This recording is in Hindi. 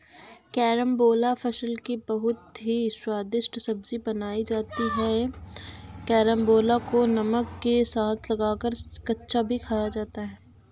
कैरामबोला फल की बहुत ही स्वादिष्ट सब्जी बनाई जाती है कैरमबोला को नमक के साथ लगाकर कच्चा भी खाया जाता है